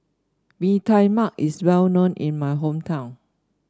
Mee Tai Mak is well known in my hometown